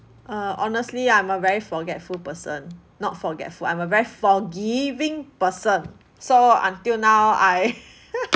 uh honestly I'm a very forgetful person not forgetful I'm a very forgiving person so until now I